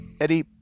Eddie